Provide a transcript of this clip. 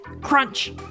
crunch